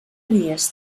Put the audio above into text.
dies